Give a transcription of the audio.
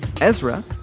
Ezra